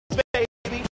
baby